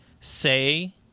say